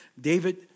David